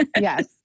Yes